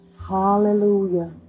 Hallelujah